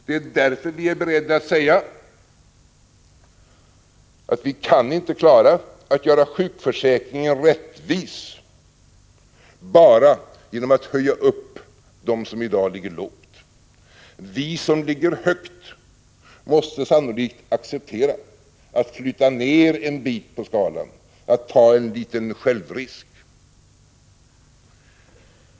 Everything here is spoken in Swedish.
Det är därför vi är beredda att säga att vi inte kan klara att göra jukförsäkringen rättvis bara genom att höja upp dem som i dag ligger lågt. i som ligger högt måste sannolikt acceptera att flytta ned en bit på skalan, tt ta en liten självrisk.